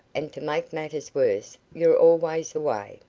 and to make matters worse, you're always away.